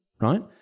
right